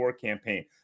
campaign